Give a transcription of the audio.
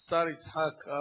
יצחק אהרונוביץ.